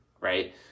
right